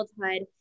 childhood